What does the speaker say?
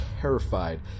terrified